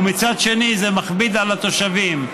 ומצד שני זה מכביד על התושבים.